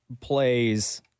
plays